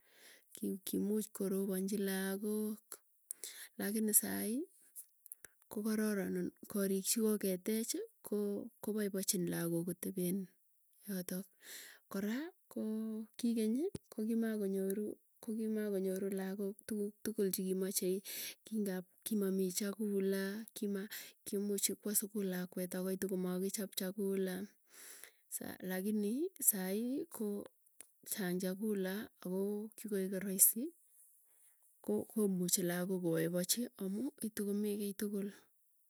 Kimuuch koroponchi lakok lakini sai, kokororon korik chokoketechi, koo kopaipaichi lagook kotepen yato kora koo, kikeny kokii makonyoru, kokimakonyoru lagook tukuuk, tukul chikimachei kingap kimamii chakula, kimuuch kwa sukul lakweet akoitu komakichop chakula, sa lakini sai ko chang chakula ako kikoek raisi, ko komuchi lagook kopaipachi amu tukomii kiiy tukul.